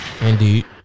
Indeed